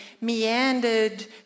meandered